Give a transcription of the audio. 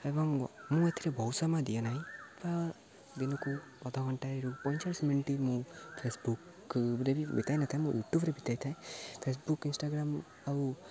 ଏବଂ ମୁଁ ଏଥିରେ ବହୁ ସମୟ ଦିଏ ନାହିଁ ବା ଦିନକୁ ଅଧ ଘଣ୍ଟାଏରୁ ପଇଁଚାଳିଶ ମିନିଟ୍ ମୁଁ ଫେସ୍ବୁକ୍ରେ ବି ବିତାଇ ନଥାଏ ମୁଁ ୟୁଟ୍ୟୁବ୍ରେ ବିତାଇ ଥାଏ ଫେସ୍ବୁକ୍ ଇନଷ୍ଟାଗ୍ରାମ୍ ଆଉ